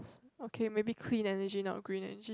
okay maybe clean energy not green energy